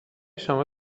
شما